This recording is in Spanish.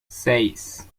seis